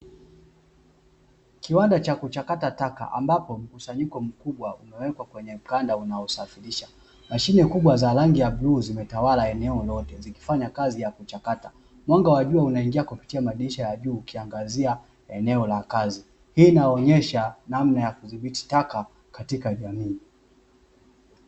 Kiwanda cha kuchakata taka ambapo zimewekwa kwenye mkanda mkubwa unaosafirisha mashine kubwa za bluu zimetawala eneo lote zikifanya kazi yakuchakata mwanga wa jua unaangaziwa kupitia juu hii inaonyesha jinsi ya kuzia taka katika jamii